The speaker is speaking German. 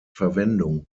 verwendung